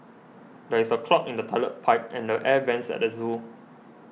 there is a clog in the Toilet Pipe and the Air Vents at the zoo